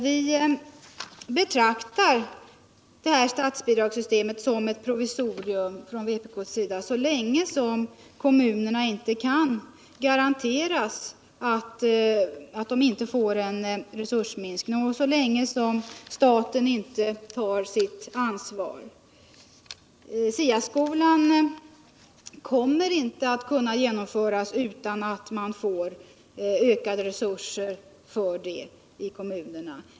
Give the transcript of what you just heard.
Vi från vpk betraktar detta statsbidragssystem som ett provisorium, så länge som kommunerna inte kan garanteras att de inte får en resursminskning och så länge som staten inte tar sitt ansvar. SIA-skolan kommer inte att kunna genomföras utan att man får ökade resurser för detta i kommunerna.